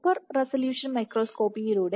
super resolution മൈക്രോസ്കോപ്പിയിലൂടെ